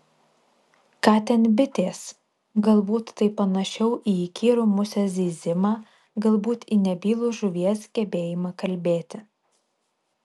ką ten bitės galbūt tai panašiau į įkyrų musės zyzimą galbūt į nebylų žuvies gebėjimą kalbėti